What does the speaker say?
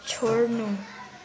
छोड्नु